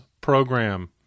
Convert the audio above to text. program